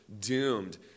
doomed